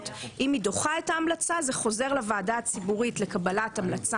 אם היא דוחה את ההמלצה זה חוזר לוועדה הציבורית לקבלת המלצה